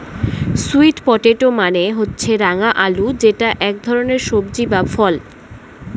sweet potato মানে হচ্ছে রাঙা আলু যেটা এক ধরনের সবজি বা ফল